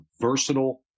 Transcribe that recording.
versatile